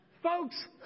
Folks